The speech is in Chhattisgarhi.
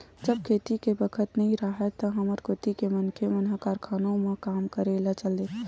जब खेती के बखत नइ राहय त हमर कोती के मनखे मन ह कारखानों म काम करे ल चल देथे